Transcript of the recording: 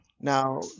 Now